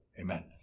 Amen